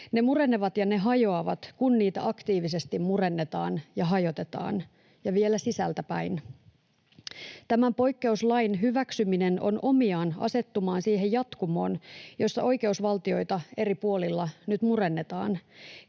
Ne murenevat ja ne hajoavat, kun niitä aktiivisesti murennetaan ja hajotetaan ja vielä sisältäpäin. Tämän poikkeuslain hyväksyminen on omiaan asettumaan siihen jatkumoon, jossa oikeusvaltioita eri puolilla nyt murennetaan.